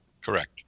Correct